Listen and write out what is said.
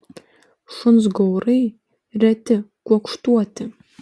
šuns gaurai reti kuokštuoti